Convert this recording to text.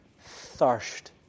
thirst